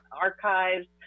archives